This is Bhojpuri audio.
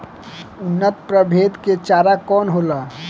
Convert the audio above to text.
उन्नत प्रभेद के चारा कौन होला?